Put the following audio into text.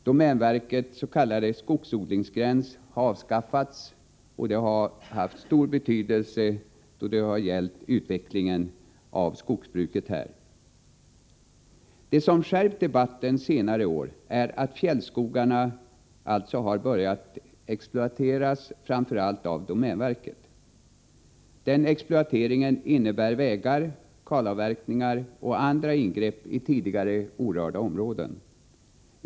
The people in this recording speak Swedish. Domänverkets s.k. skogsodlingsgräns har dessutom avskaffats, vilket har haft stor betydelse för utvecklingen av skogsbruket i dessa regioner. Det som under senare år har skärpt debatten är att fjällskogarna har börjat att exploateras, framför allt av domänverket. Denna exploatering innebär vägar, kalavverkningar och andra ingrepp i tidigare orörda områden.